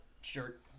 shirt